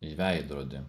į veidrodį